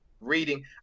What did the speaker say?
reading